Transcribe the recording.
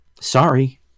sorry